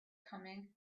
coming